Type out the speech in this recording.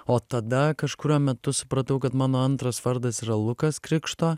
o tada kažkuriuo metu supratau kad mano antras vardas yra lukas krikšto